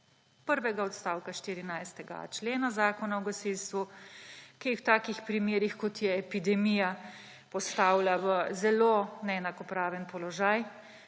prvega odstavka 14.a člena Zakona o gasilstvu, ki jih v takih primerih, kot je epidemija, postavlja v zelo neenakopraven položaj,